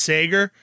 Sager